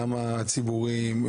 גם הציבוריים,